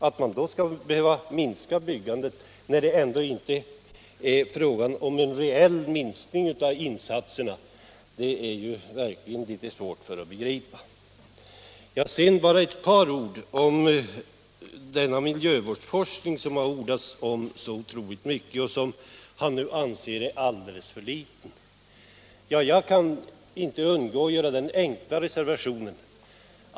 Att man då skulle minska anslaget när det ändå inte är fråga om någon reell minskning av insatserna är verkligen litet svårt att begripa. Sedan bara ett par ord om den miljövårdsforskning, som det ordats om så otroligt mycket och som herr Lundkvist nu anser vara alldeles för liten. Jag kan inte undgå att göra en enkel reflexion.